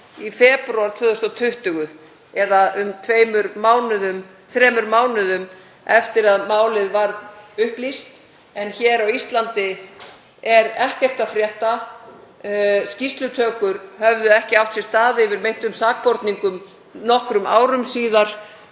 í febrúar 2020, eða um þremur mánuðum eftir að málið var upplýst. En hér á Íslandi er ekkert að frétta. Skýrslutökur höfðu ekki átt sér stað yfir meintum sakborningum nokkrum árum síðar.